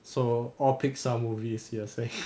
so all pixar movies you are saying